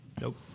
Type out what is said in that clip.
Nope